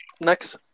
next